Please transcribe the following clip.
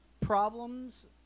problems